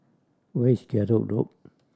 where is Gallop Road